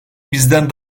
bizden